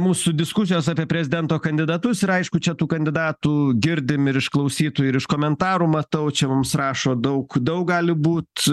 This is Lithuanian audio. mūsų diskusijos apie prezidento kandidatus ir aišku čia tų kandidatų girdim ir iš klausytojų ir iš komentarų matau čia mums rašo daug daug gali būt